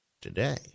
today